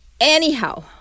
Anyhow